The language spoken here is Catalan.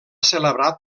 celebrar